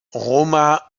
roma